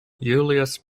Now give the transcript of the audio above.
julius